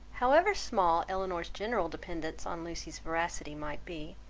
however small elinor's general dependence on lucy's veracity might be,